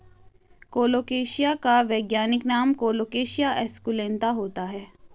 colocasia का वैज्ञानिक नाम कोलोकेशिया एस्कुलेंता होता है